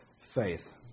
faith